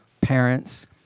parents